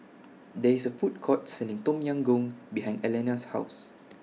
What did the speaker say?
There IS A Food Court Selling Tom Yam Goong behind Elana's House